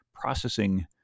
processing